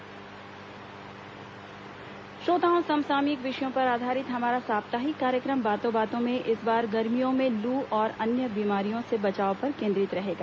बातों बातों में श्रोताओं समसामयिक विषयों पर आधारित हमारा साप्ताहिक कार्यक्रम बातों बातों में इस बार गर्मियों में लू और अन्य बीमारियों से बचाव पर केंद्रित रहेगा